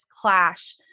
clash